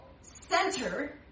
center